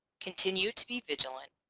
continue to be vigilant,